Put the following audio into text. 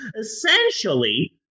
Essentially